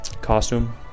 costume